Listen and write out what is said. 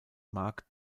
mark